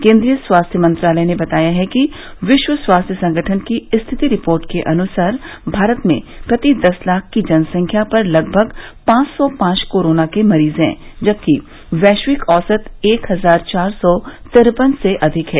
केन्द्रीय स्वास्थ्य मंत्रालय ने बताया है कि विश्व स्वास्थ्य संगठन की स्थिति रिपोर्ट के अनुसार भारत में प्रति दस लाख की जनसंख्या पर लगभग पांच सौ पांच कोरोना के मरीज हैं जबकि वैश्विक औसत एक हजार चार सौ तिरपन से अधिक है